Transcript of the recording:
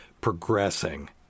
progressing